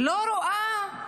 לא רואה?